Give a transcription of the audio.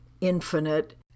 infinite